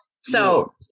So-